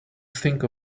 think